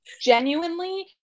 genuinely